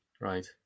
right